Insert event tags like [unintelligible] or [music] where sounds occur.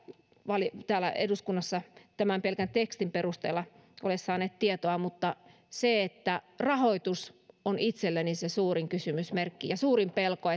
täällä eduskunnassa tämän pelkän tekstin perusteella ole saaneet tietoa mutta rahoitus on itselleni se suurin kysymysmerkki ja suurin pelko [unintelligible]